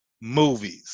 movies